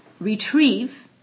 Retrieve